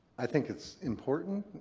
i think it's important,